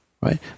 right